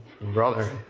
Brother